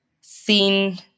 seen